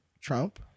trump